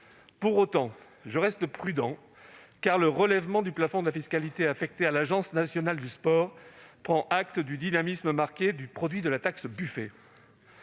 Pour autant, je reste prudent, car le relèvement du plafond de la fiscalité affectée à l'ANS prend acte du dynamisme marqué du produit de la taxe Buffet.